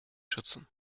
schützen